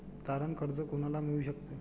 तारण कर्ज कोणाला मिळू शकते?